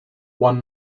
one